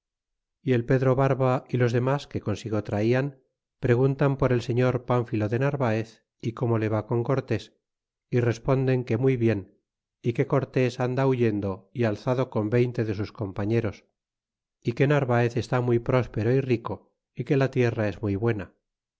y el pedro barba y los demas que consigo traian preguntan por el señor pánfilo de narvaez y cómo le va con cortés y responden que muy bien que cortés anda huyendo y alzado con veinte de sus compañeros que narvaez está muy próspero y rico y que la tierra es muy buena